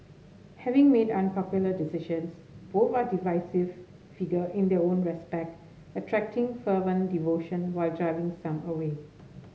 having made unpopular decisions both are divisive figure in their own respect attracting fervent devotion while driving some away